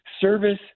service